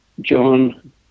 John